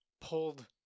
pulled